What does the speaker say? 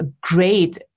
great